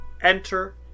enter